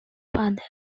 father